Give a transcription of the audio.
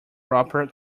wrapper